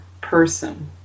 person